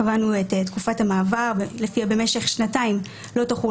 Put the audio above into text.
קבענו את תקופת המעבר לפיה במשך שנתיים לא תחול